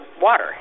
water